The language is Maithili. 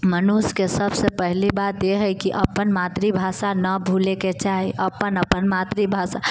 मनुष्यके सभसँ पहिल बात इएह है कि अपन मातृभाषा नहि भूलएके चाही अपन अपन मातृभाषा